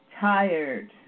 tired